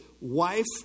wife